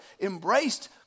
Embraced